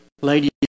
ladies